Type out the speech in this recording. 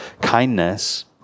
Kindness